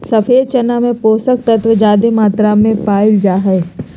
सफ़ेद चना में पोषक तत्व ज्यादे मात्रा में पाल जा हइ